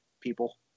people